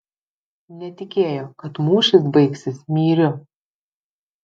netikėjo kad mūšis baigsis myriu